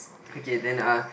okay then uh